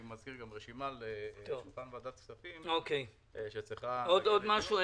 יש פה גם רשימה לוועדת הכספים שצריכה --- עוד משהו?